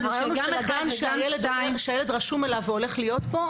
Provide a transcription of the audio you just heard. הגן שהילד רשום אליו והולך להיות בו ,